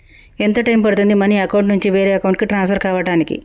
ఎంత టైం పడుతుంది money account నుంచి వేరే అకౌంట్ కి ట్రాన్స్ఫర్ కావటానికి?